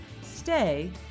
stay